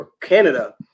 Canada